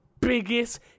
biggest